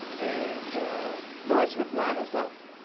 and lois would line us up,